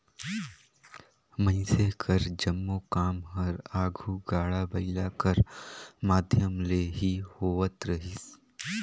मइनसे कर जम्मो काम हर आघु गाड़ा बइला कर माध्यम ले ही होवत रहिस